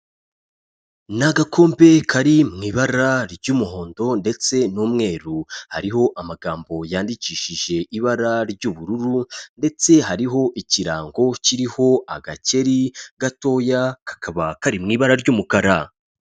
Ni agakombe kari mu ibara ry'umuhondo ndetse n'umweru, hariho amagambo yandikishije ibara ry'ubururu ndetse hariho ikirango kiriho agakeri gatoya kakaba kari mu ibara ry'umukara.